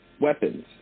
weapons